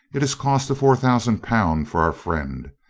it has cost a four thousand pound for our friend.